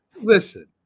Listen